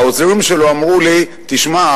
העוזרים שלו אמרו לו: תשמע,